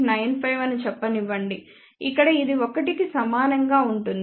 95 అని చెప్పనివ్వండి ఇక్కడ ఇది 1 కి సమానంగా ఉంటుంది